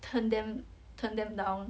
turn them turn them down